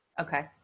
Okay